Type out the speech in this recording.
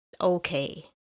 Okay